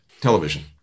television